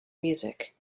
music